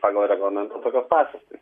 pagal reglamentą tokios pačios tai